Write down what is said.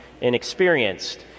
inexperienced